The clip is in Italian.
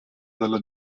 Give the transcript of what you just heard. della